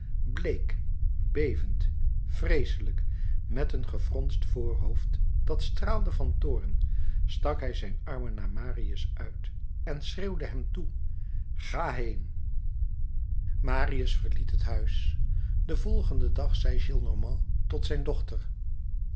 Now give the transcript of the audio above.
bleek bevend vreeselijk met een gefronst voorhoofd dat straalde van toorn stak hij zijn armen naar marius uit en schreeuwde hem toe ga heen marius verliet het huis den volgenden dag zei gillenormand tot zijn dochter